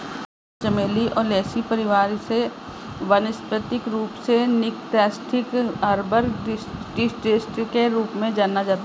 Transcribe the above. मूंगा चमेली ओलेसी परिवार से वानस्पतिक रूप से निक्टेन्थिस आर्बर ट्रिस्टिस के रूप में जाना जाता है